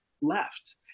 left